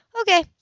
Okay